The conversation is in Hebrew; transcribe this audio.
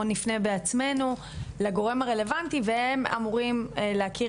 או נפנה בעצמנו לגורם הרלוונטי והם אמורים להכיר